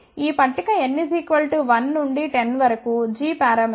కాబట్టి ఈ పట్టిక n 1 నుండి 10 వరకు g పారామితులను ఇస్తుంది